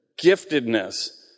giftedness